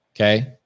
Okay